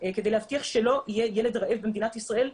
כדי להבטיח שלא יהיה ילד רעב במדינת ישראל,